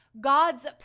God's